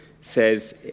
says